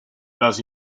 las